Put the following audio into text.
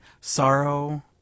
SORROW